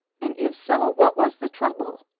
and if so, what was the trouble?